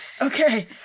Okay